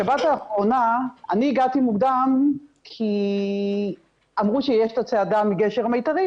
בשבת האחרונה אני הגעתי מוקדם כי אמרו שיש את הצעדה מגשר המיתרים,